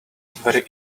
very